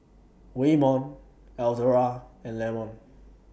Waymon Eldora and Lamont